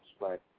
right